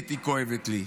פיזית היא כואבת לי.